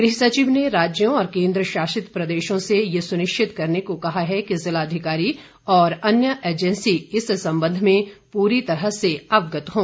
गृह सचिव ने राज्यों और केन्द्रशासित प्रदेशों से यह सुनिश्चित करने को कहा है कि जिला अधिकारी और अन्य एजेंसी इस संबंध में पूरी तरह से अवगत हों